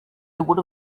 would